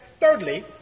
Thirdly